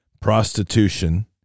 prostitution